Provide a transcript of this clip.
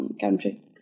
country